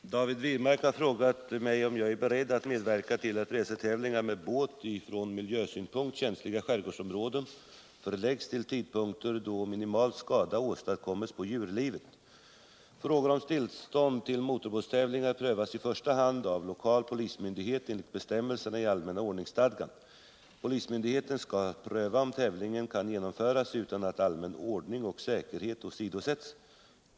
493, och anförde: Herr talman! David Wirmark har frågat mig om jag är beredd att medverka till att racertävlingar med båt i från miljösynpunkt känsliga skärgårdsområden förläggs till tidpunkter då minimal skada åstadkommes på djurlivet. Frågor om tillstånd till motorbåtstävlingar prövas i första hand av lokal polismyndighet enligt bestämmelserna i allmänna ordningsstadgan. Polismyndigheten skall pröva om tävlingen kan genomföras utan att allmän ordning och säkerhet åsidosätts.